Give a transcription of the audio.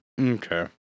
Okay